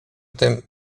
tym